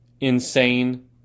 Insane